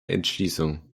entschließung